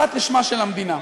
פרט לשמה של המדינה.